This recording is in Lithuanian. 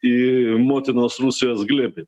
į motinos rusijos glėbį